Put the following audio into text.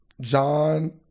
John